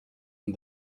and